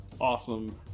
awesome